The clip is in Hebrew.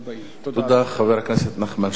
תודה, חבר הכנסת נחמן שי.